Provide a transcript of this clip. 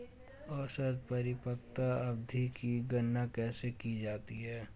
औसत परिपक्वता अवधि की गणना कैसे की जाती है?